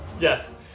Yes